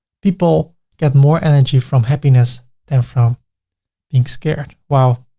people get more energy from happiness than from being scared. wow.